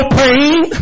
pain